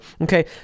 okay